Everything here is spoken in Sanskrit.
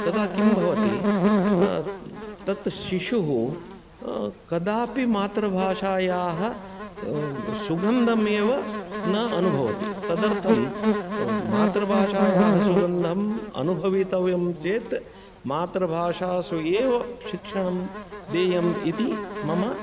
तदा किं भवति तत् शिशुः कदापि मातृभाषायाः सुगन्धमेव न अनुभवति तदर्थं मातृभाषायाः सुगन्धम् अनुभवितव्यं चेत् मातृभाषासु एव शिक्षणं देयम् इति मम